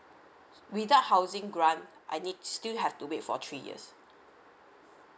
without housing grant I need still have to wait for three years